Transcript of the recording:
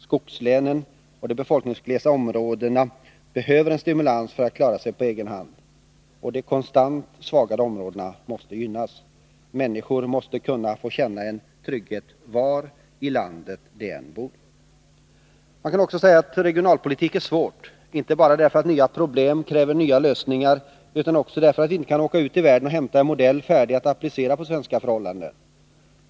Skogslänen och de befolkningsglesa områdena behöver en stimulans för att klara sig på egen hand. De konstant svagare områdena måste gynnas. Människor måste kunna få känna en trygghet var i landet de än bor. Man kan också säga att regionalpolitik är svårt, inte bara därför att nya problem kräver nya lösningar utan också därför att vi inte kan åka ut i världen och hämta en modell färdig att applicera på svenska förhållanden.